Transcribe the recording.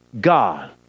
God